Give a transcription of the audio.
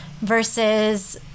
versus